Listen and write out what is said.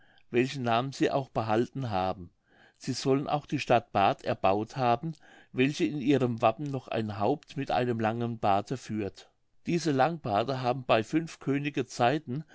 welchen namen sie auch behalten haben sie sollen auch die stadt barth erbaut haben welche in ihrem wappen noch ein haupt mit einem langen barte führt diese langbarte haben bei fünf könige zeiten